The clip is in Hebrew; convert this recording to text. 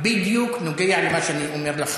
בדיוק נוגע במה שאני אומר לך.